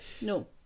no